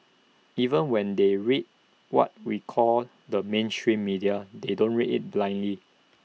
even when they read what we call the mainstream media they don't read IT blindly